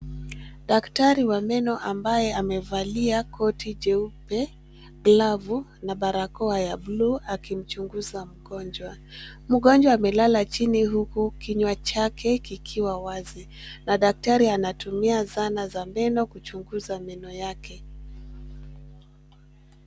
Daktari wa meno ambaye amevalia koti jeupe, glavu na barakoa ya buluu akimchunguza mgonjwa. Mgonjwa amelala chini huku kinywa chake kikiwa wazi, na daktari anatumia dhana za meno kuchunguza meno yake.